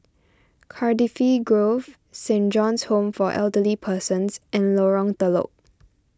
Cardifi Grove Saint John's Home for Elderly Persons and Lorong Telok